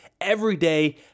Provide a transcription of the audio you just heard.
everyday